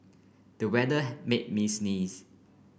the weather made me sneeze